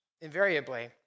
invariably